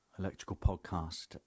electricalpodcast